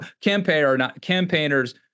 campaigners